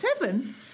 seven